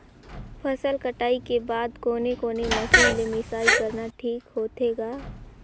फसल कटाई के बाद कोने कोने मशीन ले मिसाई करना ठीक होथे ग?